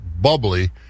bubbly